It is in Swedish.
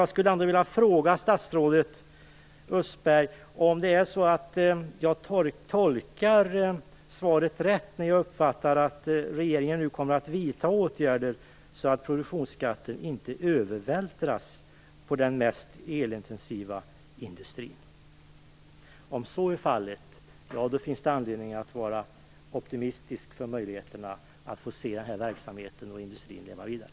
Jag skulle ändå vilja fråga statsrådet Östros om jag tolkar svaret rätt när jag uppfattar det så att regeringen nu kommer att vidta åtgärder så att produktionsskatten inte övervältras på den mest elintensiva industrin. Om så är fallet finns det anledning att vara optimistisk inför möjligheterna att få se den här verksamheten och industrin leva vidare.